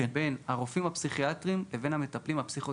חשוב לחלק בין הרופאים הפסיכיאטרים לבין המטפלים הפסיכותרפיסטים.